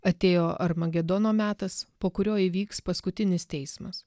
atėjo armagedono metas po kurio įvyks paskutinis teismas